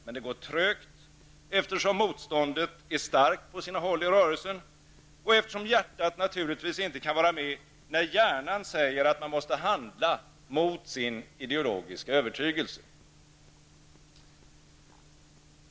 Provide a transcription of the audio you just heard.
Men det går trögt, eftersom motståndet är starkt på sina håll i rörelsen och eftersom hjärtat naturligtvis inte kan vara med när hjärnan säger att man måste handla mot sin ideologiska övertygelse.